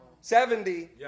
Seventy